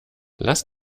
lass